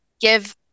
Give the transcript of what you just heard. give